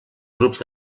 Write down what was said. grups